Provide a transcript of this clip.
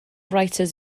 writers